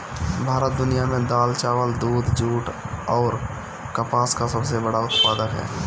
भारत दुनिया में दाल चावल दूध जूट आउर कपास का सबसे बड़ा उत्पादक ह